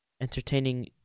entertaining